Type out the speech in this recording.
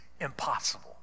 impossible